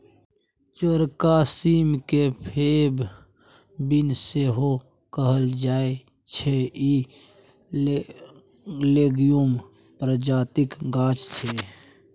चौरका सीम केँ फेब बीन सेहो कहल जाइ छै इ लेग्युम प्रजातिक गाछ छै